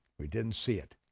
we didn't see it,